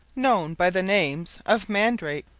known by the names of man-drake,